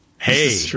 Hey